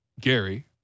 Gary